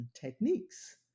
techniques